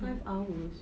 five hours